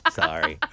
sorry